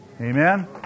Amen